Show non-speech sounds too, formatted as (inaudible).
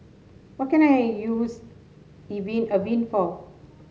what can I use (unintelligible) Avene for